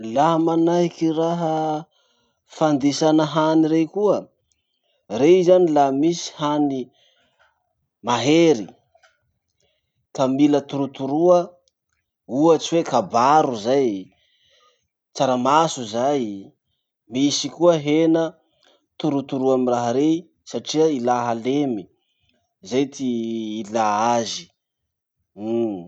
Laha manahaky raha fandisana hany rey koa, rey zany laha misy hany mahery ka mila torotoroa, ohatsy hoe kabaro zay, tsaramaso zay, misy koa hena torotoro amy raha rey satria ilà halemy. Izay ty ilà azy. Umh.